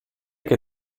che